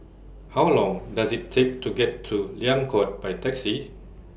How Long Does IT Take to get to Liang Court By Taxi